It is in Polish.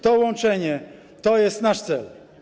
To łączenie to jest nasz cel.